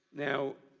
now,